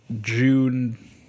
June